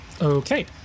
okay